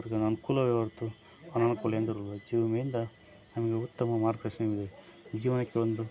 ಅವ್ರಿಗೆ ಅನುಕೂಲವೇ ಹೊರ್ತು ಅನಾನುಕೂಲ ಎಂದರೂ ಜೀವ ವಿಮೆಯಿಂದ ನಮಗೆ ಉತ್ತಮ ಮಾರ್ಗದರ್ಶನವಿದೆ ಜೀವನಕ್ಕೆ ಒಂದು